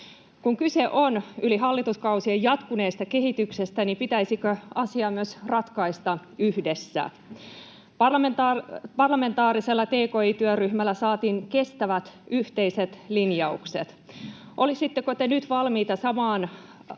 Kun kyse on yli hallituskausien jatkuneesta kehityksestä, niin pitäisikö asiaa myös ratkaista yhdessä? Parlamentaarisella tki-työryhmällä saatiin kestävät, yhteiset linjaukset. Olisitteko te nyt valmiita samaan: